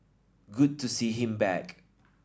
good to see him back